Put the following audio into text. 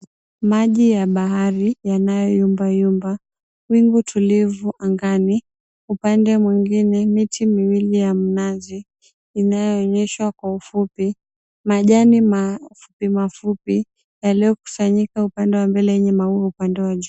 Maji ya bahari, yanayo yumbayumba. Wingu tulivu angani, upande mwingine miti miwili ya mnazi, inayoonyesha kwa ufupi. Majani mafupi yaliyokusanyika upande wa mbele, yenye maua upande wa juu.